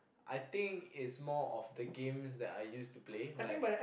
I think it's more of the games that I used to play like